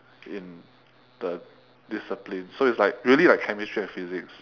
in the discipline so it's like really like chemistry and physics